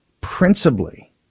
principally